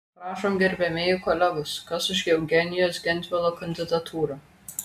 prašom gerbiamieji kolegos kas už eugenijaus gentvilo kandidatūrą